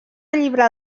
llibre